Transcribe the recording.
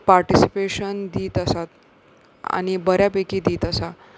participation दित आसात आनी बऱ्या पैकी दित आसा